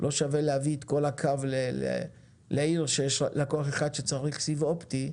לא שווה להביא את כל הקו לעיר שיש בה לקוח אחד שצריך סיב אופטי,